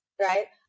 right